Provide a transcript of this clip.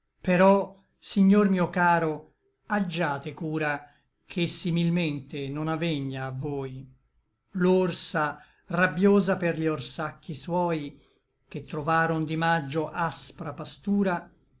però signor mio caro aggiate cura che similmente non avegna a voi l'orsa rabbiosa per gli orsacchi suoi che trovaron di maggio aspra pastura